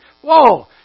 whoa